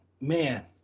man